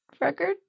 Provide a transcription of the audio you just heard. record